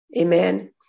amen